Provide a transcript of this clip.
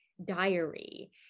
diary